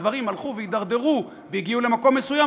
כשהדברים הלכו והידרדרו והגיעו למקום מסוים,